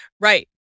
Right